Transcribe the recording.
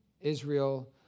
Israel